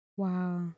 Wow